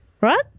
Right